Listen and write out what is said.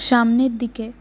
সামনের দিকে